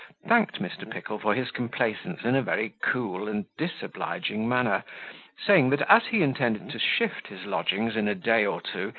thanked mr. pickle for his complaisance in a very cool and disobliging manner saying that as he intended to shift his lodgings in a day or two,